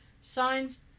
signs